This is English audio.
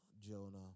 Jonah